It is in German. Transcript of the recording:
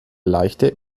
leichte